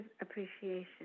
appreciation